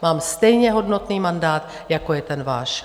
Mám stejně hodnotný mandát, jako je ten váš.